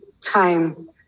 time